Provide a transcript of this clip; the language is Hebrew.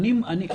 נכון.